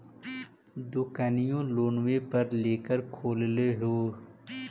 दोकनिओ लोनवे पर लेकर खोललहो हे?